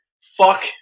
fuck